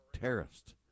terrorist